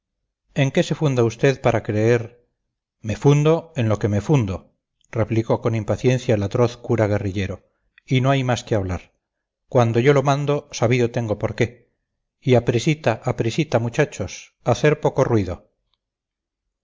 en qué se funda usted para creer me fundo en lo que me fundo replicó con impaciencia el atroz cura guerrillero y no hay más que hablar cuando yo lo mando sabido tengo porqué y a prisita a prisita muchachos hacer poco ruido